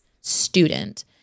student